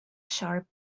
sharp